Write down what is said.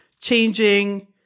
changing